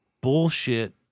bullshit